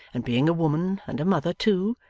and being a woman and a mother too,